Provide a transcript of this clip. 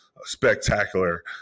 spectacular